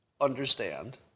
understand